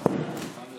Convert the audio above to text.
זמן לשאלות.